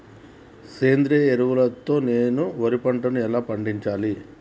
సేంద్రీయ ఎరువుల తో నేను వరి పంటను ఎలా పండించాలి?